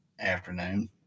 afternoon